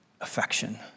affection